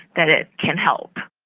that it can help.